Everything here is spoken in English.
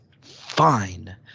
fine